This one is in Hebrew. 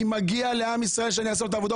מגיע לעם ישראל שאני אעשה את העבודה,